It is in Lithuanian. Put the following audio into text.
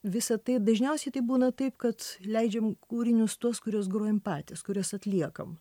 visa tai dažniausiai tai būna taip kad leidžiam kūrinius tuos kuriuos grojam patys kuriuos atliekam